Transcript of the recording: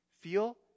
feel